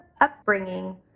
upbringing